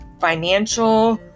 financial